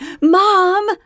Mom